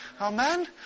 Amen